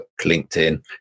LinkedIn